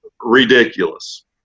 ridiculous